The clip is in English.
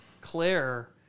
claire